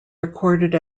recorded